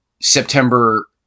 September